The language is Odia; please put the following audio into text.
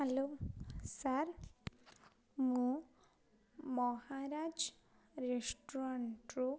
ହ୍ୟାଲୋ ସାର୍ ମୁଁ ମହାରାଜ୍ ରେଷ୍ଟୁରାଣ୍ଟ୍ରୁୁ